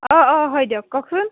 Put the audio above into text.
অঁ অঁ হয় দিয়ক কওকচোন